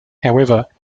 however